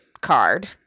card